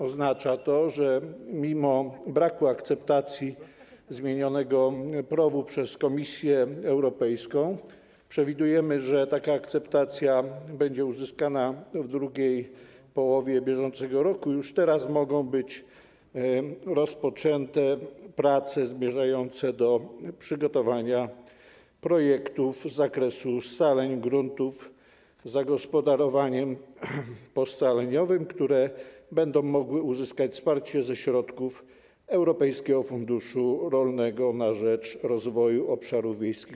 Oznacza to, że mimo braku akceptacji zmienianego PROW przez Komisję Europejską (przewidujemy, że taka akceptacja będzie uzyskana w drugiej połowie bieżącego roku) już teraz mogą być rozpoczęte prace zmierzające do przygotowania projektów z zakresu scaleń gruntów wraz z zagospodarowaniem poscaleniowym, które będą mogły uzyskać wsparcie ze środków Europejskiego Funduszu Rolnego na rzecz Rozwoju Obszarów Wiejskich.